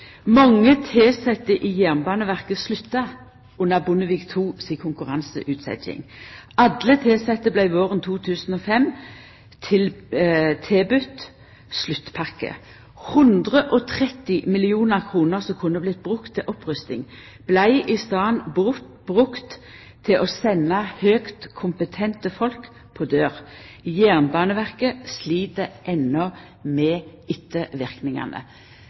Mange tilsette i Jernbaneverket slutta under Bondevik II-regjeringa si konkurranseutsetjing. Alle tilsette vart våren 2005 tilbode sluttpakke. 130 mill. kr som kunne ha vorte brukte til opprusting, vart i staden brukte til å senda høgt kompetente folk på dør. Jernbaneverket slit enno med